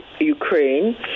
Ukraine